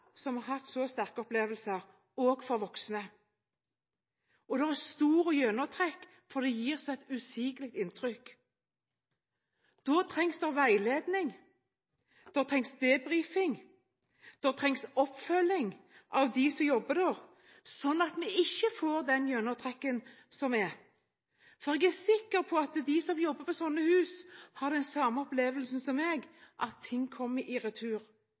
som har hatt så sterke opplevelser, også for voksne, og det er stor gjennomtrekk, for det gjør så usigelig inntrykk. Da trengs det veiledning. Da trengs debriefing, da trengs oppfølging av dem som jobber der, slik at vi ikke får den gjennomtrekken som er. For jeg er sikker på at de som jobber på slike hus, har den samme opplevelsen som jeg, at ting kommer i retur.